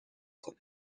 کنه